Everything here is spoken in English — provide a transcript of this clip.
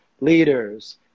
leaders